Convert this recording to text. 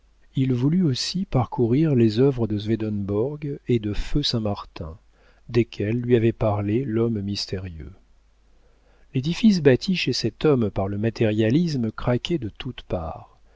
il voulut aussi parcourir les œuvres de swedenborg et de feu saint-martin desquels lui avait parlé l'homme mystérieux l'édifice bâti chez cet homme par le matérialisme craquait de toutes parts